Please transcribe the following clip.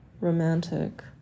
romantic